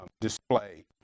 display